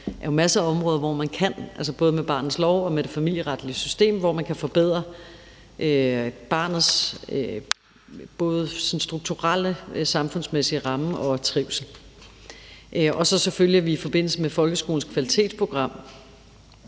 der jo er masser af områder, hvor man både med barnets lov og med det familieretlige system kan forbedre både barnets sådan strukturelle samfundsmæssige ramme og barnets trivsel. Og så har vi selvfølgelig også i forbindelse med folkeskolens kvalitetsprogram